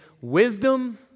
wisdom